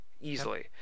Easily